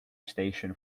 station